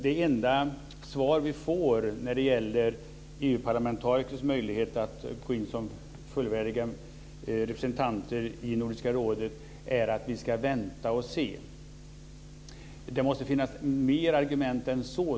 Det enda svar som vi får när det gäller EU parlamentarikers möjligheter att gå in som fullvärdiga representanter i Nordiska rådet är att vi ska vänta och se. Jag tycker att det måste finnas mer argument än så.